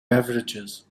beverages